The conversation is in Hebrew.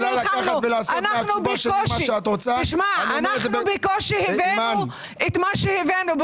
אנחנו בקושי הבאנו את מה שהבאנו.